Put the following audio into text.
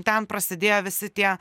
ten prasidėjo visi tie